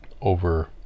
over